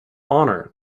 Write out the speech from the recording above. honour